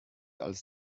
als